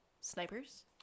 snipers